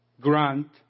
grant